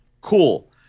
Cool